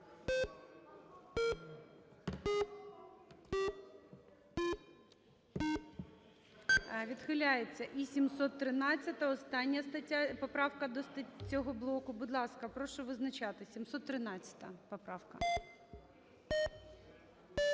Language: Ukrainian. Відхиляється. 713-а, остання поправка до цього блоку. Будь ласка, прошу визначатися, 713-а поправка.